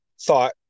thought